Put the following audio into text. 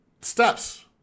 steps